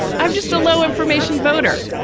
i'm just a low information voter.